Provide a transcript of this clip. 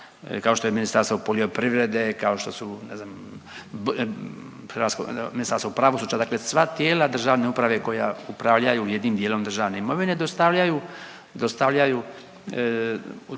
kao što je Ministarstvo poljoprivrede, kao što su ne znam Ministarstvo pravosuđa dakle sva tijela državne uprave koja upravljaju jednim dijelom državne imovine dostavljaju u taj